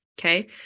Okay